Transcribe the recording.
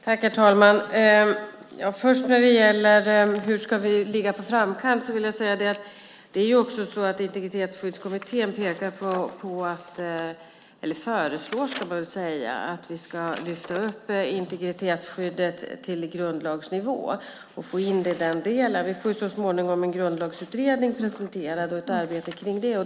Herr talman! När det gäller hur vi ska ligga på framkant vill jag säga att det också är så att Integritetsskyddskommittén föreslår att vi ska lyfta upp integritetsskyddet till grundlagsnivå och få in det i den delen. Vi får så småningom en grundlagsutredning presenterad och ett arbete kring grundlagen.